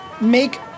make